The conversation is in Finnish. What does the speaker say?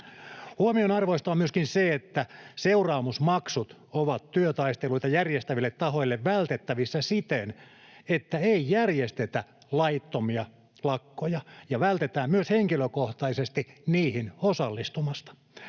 Huomionarvoista on myöskin se, että seuraamusmaksut ovat työtaisteluita järjestäville tahoille vältettävissä siten, että ei järjestetä laittomia lakkoja ja vältetään myös henkilökohtaisesti niihin osallistumasta.